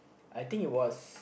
I think it was